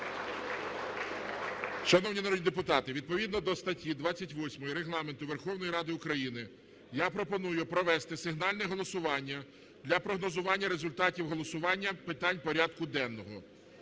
Шановні народні депутати, відповідно до статті 28 Регламенту Верховної Ради України я пропоную провести сигнальне голосування для прогнозування результатів голосування питань порядку денного.